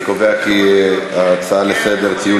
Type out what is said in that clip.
אני קובע כי ההצעות לסדר-היום